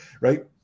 right